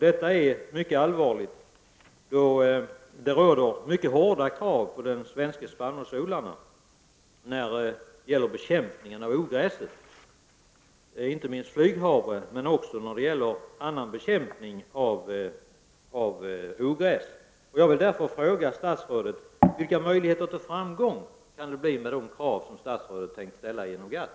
Detta är mycket allvarligt. Det ställs mycket hårda krav på de svenska spannmålsodlarna när det gäller bekämpningen av inte minst flyghavre, men också när det gäller annan bekämpning av ogräs. Vilka möjligheter till framgång kan det bli med de krav som statsrådet har tänkt ställa inom GATT?